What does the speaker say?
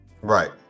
right